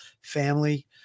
family